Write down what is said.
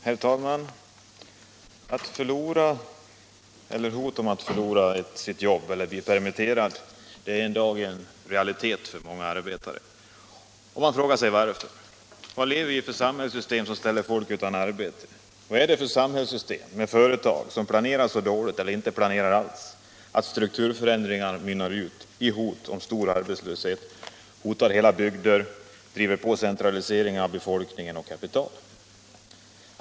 Herr talman! Att förlora jobbet eller stå inför hotet att förlora jobbet eller bli permitterad är i dag en realitet för många arbetare, och man frågar sig: Varför? Vad lever vi i för samhällssystem som ställer folk utan arbete? Vad är det för samhällssystem med företag som planerar så dåligt eller inte planerar alls? Strukturförändringar mynnar ut i hot om stor arbetslöshet, hotar hela bygder, driver på centralisering av befolkning och kapital.